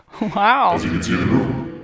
Wow